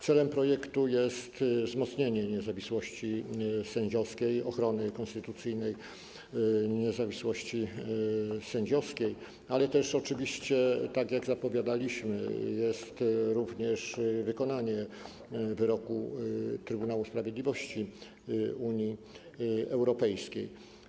Celem projektu jest wzmocnienie niezawisłości sędziowskiej, ochrony konstytucyjnej niezawisłości sędziowskiej, ale też - tak jak zapowiadaliśmy - wykonanie wyroku Trybunału Sprawiedliwości Unii Europejskiej.